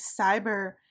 cyber